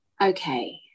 Okay